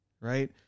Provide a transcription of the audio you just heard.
right